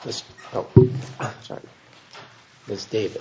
this is david